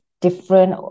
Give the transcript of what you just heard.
different